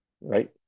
right